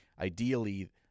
ideally